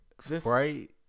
Sprite